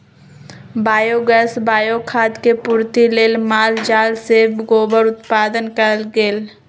biogas, bio खाद के पूर्ति लेल माल जाल से गोबर उत्पादन कएल गेल